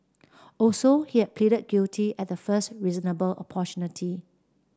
also he had pleaded guilty at the first reasonable